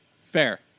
Fair